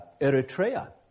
Eritrea